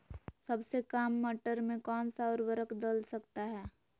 सबसे काम मटर में कौन सा ऊर्वरक दल सकते हैं?